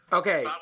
okay